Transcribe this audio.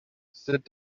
sit